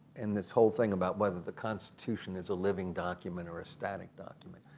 and this whole thing about whether the constitution is a living document or a static document.